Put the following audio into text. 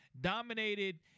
dominated